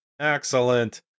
Excellent